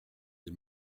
des